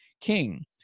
king